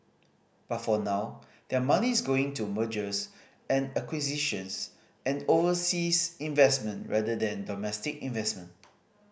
but for now their money is going to mergers and acquisitions and overseas investment rather than domestic investment